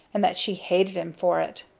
and that she hated him for it.